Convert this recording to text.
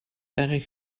erg